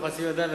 לוחצים ידיים,